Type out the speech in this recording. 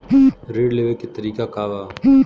ऋण लेवे के तरीका का बा?